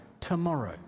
tomorrow